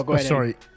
sorry